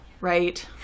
right